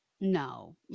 no